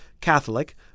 Catholic